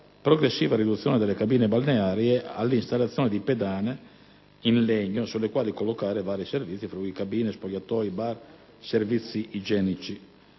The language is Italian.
progressiva riduzione delle cabine balneari e una installazione di pedane in legno sulle quali collocare vari servizi (cabine, spogliatoi, bar, servizi igienici,